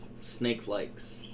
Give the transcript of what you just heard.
snake-likes